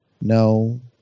no